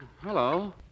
Hello